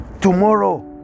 tomorrow